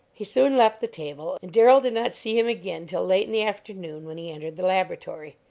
he soon left the table, and darrell did not see him again till late in the afternoon, when he entered the laboratory.